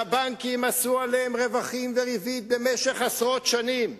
שהבנקים עשו עליהם רווחים וריבית במשך עשרות שנים,